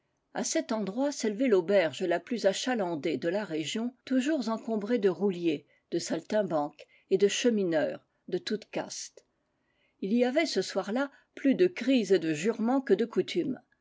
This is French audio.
cet endroit s'élevait l'auberge la plus achalandée de la région toujours encombrée de rouliers de saltimbanques et de chemineurs de toutes castes il y avait ce soir-là plus de cris et de jurements que de coutume